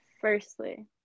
Firstly